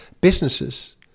businesses